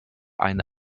eine